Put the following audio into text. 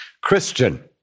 Christian